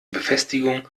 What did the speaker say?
befestigungen